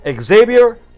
xavier